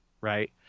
Right